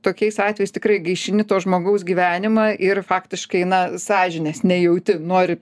tokiais atvejais tikrai gaišini to žmogaus gyvenimą ir faktiškai na sąžinės nejauti nori